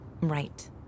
Right